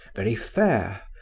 very fair,